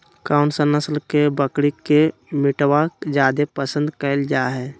कौन सा नस्ल के बकरी के मीटबा जादे पसंद कइल जा हइ?